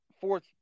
fourth –